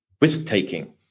risk-taking